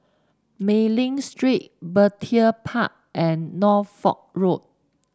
Mei Ling Street Petir Park and Norfolk Road